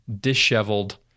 disheveled